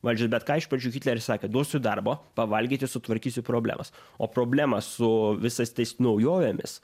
valdžia bet ką iš pradžių hitleris sakė duosiu darbo pavalgyti sutvarkysiu problemas o problemas su visais tais naujovėmis